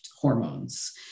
hormones